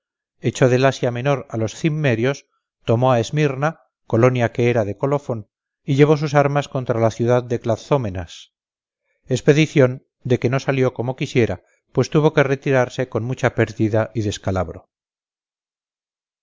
echó del asia menor a los cimmerios tomó a esmirna colonia que era de colofon y llevó sus armas contra la ciudad de clazómenas expedición de que no salió como quisiera pues tuvo que retirarse con mucha pérdida y descalabro